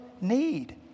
need